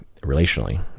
relationally